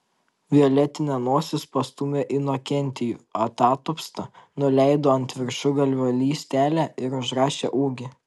violetinė nosis pastūmė inokentijų atatupstą nuleido ant viršugalvio lystelę ir užrašė ūgį